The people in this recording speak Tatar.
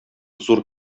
зур